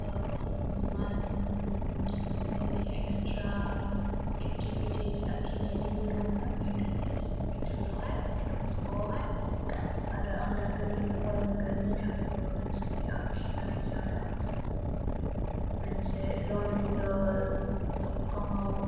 जोंनि extra activities आखिनायनिबो दंमोन बेंटल कलेज बेंटलावहाय बे दन बस्क' आवहाय आरो आं दाखालै वाल मेगाजिननि थाखायबो मोनसे आखिनाय जादों मोनसे लनलि गार्ल दंफाङाव